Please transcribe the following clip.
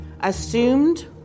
assumed